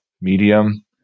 medium